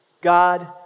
God